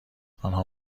آنها